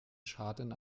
schaden